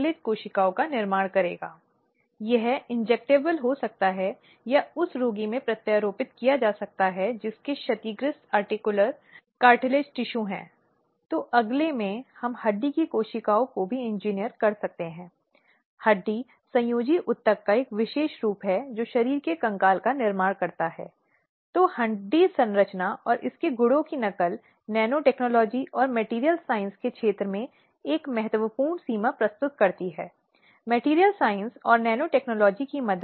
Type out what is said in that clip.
अब शिकायत पर कार्रवाई करने के मामले में नियोक्ता या जिलाअधिकारी पर बाध्यता होती है क्योंकि कई बार पहले यह देखा गया है कि इस पर कार्य करने वाले उचित प्राधिकार के बावजूद नियोक्ता ने सिफारिशों पर वास्तव में उचित कार्रवाई नहीं की है और बात जारी है और पीड़ित नौकरी छोड़कर किसी अन्य नौकरी में शामिल होने या घर पर रहने के लिए गया है